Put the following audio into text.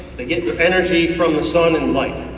they get their energy from the sun and light.